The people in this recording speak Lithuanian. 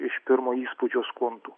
iš pirmo įspūdžio skundų